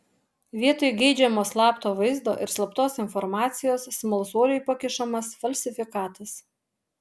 vietoj geidžiamo slapto vaizdo ir slaptos informacijos smalsuoliui pakišamas falsifikatas